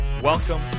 Welcome